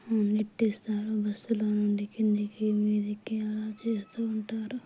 నెట్టేస్తారు బస్సులో నుంచి కిందకి మీదకి అలా చేస్తూ ఉంటారు